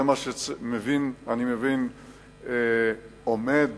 אני מבין שזה מה שעומד